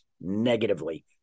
negatively